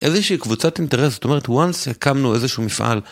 איזושהי קבוצת אינטרס, זאת אומרת, once הקמנו איזשהו מפעל.